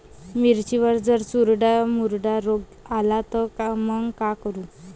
मिर्चीवर जर चुर्डा मुर्डा रोग आला त मंग का करू?